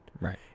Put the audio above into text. right